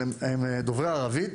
הם דוברי ערבית.